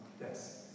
yes